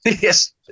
Yes